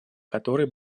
который